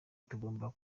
tugomba